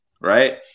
right